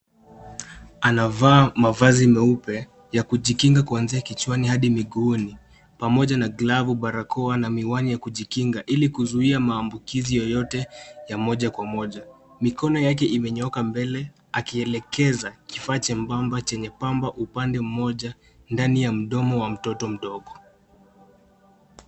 Anavaa mavazi meupe ya kujinga kuanzia kichwani hadi miguuni, pamoja na glavu, barakoa na miwani ya kujinga, ili kuzuia maambukizi yoyote ya moja kwa moja. Mikono yake imenyooka mbele akielekeza kifaa chembamba chenye pamba upande mmoja ndani ya mdomo wa mtoto mdogo.